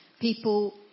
People